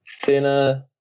thinner